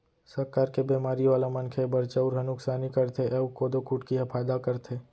सक्कर के बेमारी वाला मनखे बर चउर ह नुकसानी करथे अउ कोदो कुटकी ह फायदा करथे